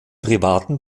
privaten